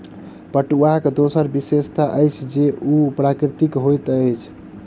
पटुआक दोसर विशेषता अछि जे ओ प्राकृतिक होइत अछि